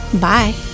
Bye